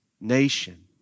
nation